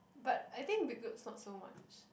but I think big groups not so much